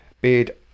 bid